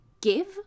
give